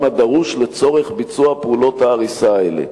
הדרוש לצורך ביצוע פעולות ההריסה האלה.